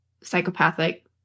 psychopathic